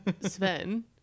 Sven